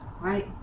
right